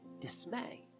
dismay